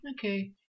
okay